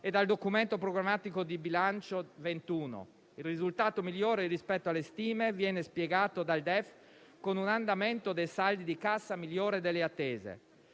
e dal documento programmatico di bilancio 2021. Il risultato migliore rispetto alle stime viene spiegato dal DEF con un andamento dei saldi di cassa migliore delle attese.